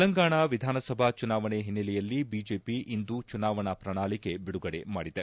ತೆಲಂಗಾಣ ವಿಧಾನಸಭಾ ಚುನಾವಣೆ ಹಿನ್ನೆಲೆಯಲ್ಲಿ ಬಿಜೆಪಿ ಇಂದು ಚುನಾವಣಾ ಪ್ರಣಾಳಿಕೆ ಬಿಡುಗಡೆ ಮಾಡಿದೆ